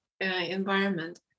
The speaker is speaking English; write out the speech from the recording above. environment